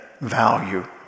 value